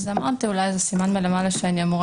אז אמרתי אולי זה סימן מלמעלה שאני אמורה